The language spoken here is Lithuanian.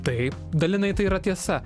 taip dalinai tai yra tiesa